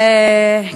אדוני סגן השר,